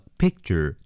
picture